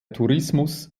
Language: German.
tourismus